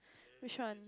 which one